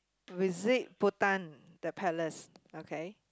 visit Bhutan the palace okay